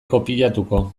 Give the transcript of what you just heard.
kopiatuko